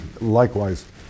Likewise